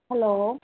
hello